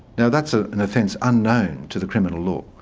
you know that's ah an offence unknown to the criminal law.